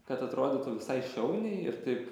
kad atrodytų visai šauniai ir taip